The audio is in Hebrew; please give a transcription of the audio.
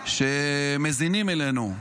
שמזינים אותנו,